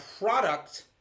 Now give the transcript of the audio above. product